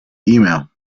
email